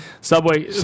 Subway